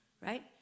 right